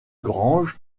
grange